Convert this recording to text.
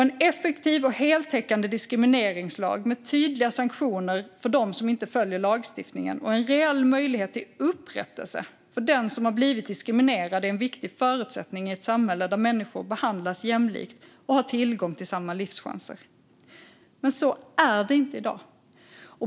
En effektiv och heltäckande diskrimineringslag med tydliga sanktioner för dem som inte följer lagstiftningen och en reell möjlighet till upprättelse för den som har blivit diskriminerad är en viktig förutsättning i ett samhälle där människor behandlas jämlikt och har tillgång till samma livschanser. Men så är det inte i dag.